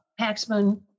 Paxman